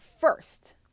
first